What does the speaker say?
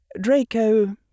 Draco